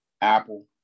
Apple